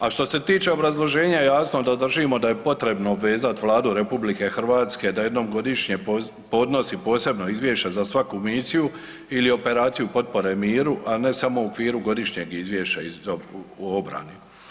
A što se tiče obrazloženja, jasno da držimo da je potrebno vezat Vladu RH da jednom godišnje podnosi posebno izvješće za svaku misiju ili Operaciju potpore miru, a ne samo u okviru godišnjeg izvješća u obrani.